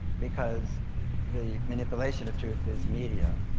because the manipulation of truth is media,